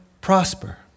prosper